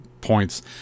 points